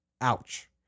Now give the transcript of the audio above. Ouch